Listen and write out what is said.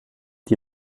die